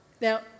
Now